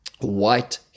white